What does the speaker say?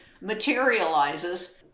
materializes